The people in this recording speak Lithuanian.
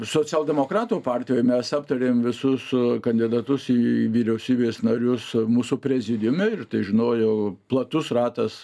socialdemokratų partijoj mes aptarėm visus kandidatus į vyriausybės narius mūsų prezidiume ir tai žinojo platus ratas